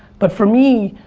but for me,